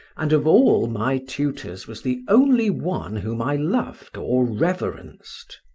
and of all my tutors was the only one whom i loved or reverenced.